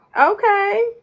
Okay